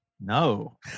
No